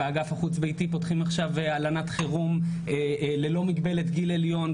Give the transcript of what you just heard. באגף החוץ ביתי פותחים עכשיו הלנת חירום ללא מגבלת גיל עליון,